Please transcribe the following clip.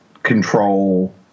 control